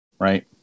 right